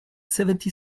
seventy